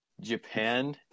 Japan